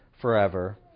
forever